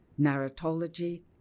narratology